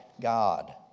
God